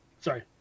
Sorry